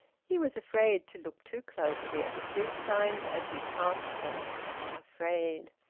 he was afraid to look too closely at the street-signs as he passed them afraid!